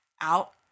out